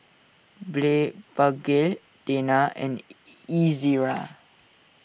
Blephagel Tena and Ezerra